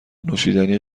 نوشیدنی